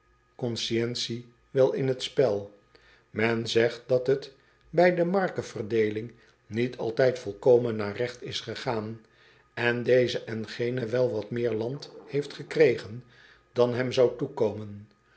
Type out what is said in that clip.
conscientie wel in t spel en zegt dat het bij de markeverdeeling niet altijd volkomen naar regt is gegaan en deze en gene wel wat meer land heeft gekregen dan hem zou toekomen